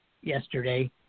yesterday